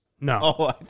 No